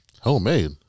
Homemade